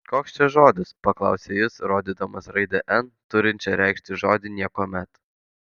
koks čia žodis paklausė jis rodydamas raidę n turinčią reikšti žodį niekuomet